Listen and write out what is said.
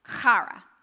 chara